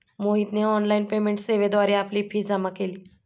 मोहितने online payment सेवेद्वारे आपली फी जमा केली